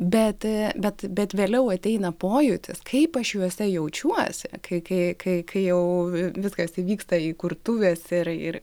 bet bet bet vėliau ateina pojūtis kaip aš juose jaučiuosi kai kai kai kai jau viskas įvyksta įkurtuvės ir ir